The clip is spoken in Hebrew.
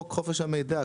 חוק חופש המידע,